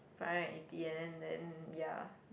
five hundred and eighty and then then ya